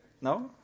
No